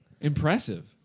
Impressive